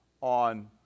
on